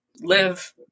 live